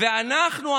ואנחנו,